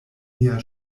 nia